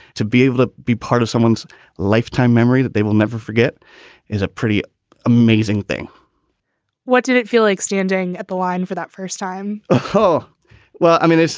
to be able to be part of someone's lifetime memory that they will never forget is a pretty amazing thing what did it feel like standing at the line for that first time? ah hall well, i mean,